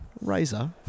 Razor